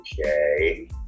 Okay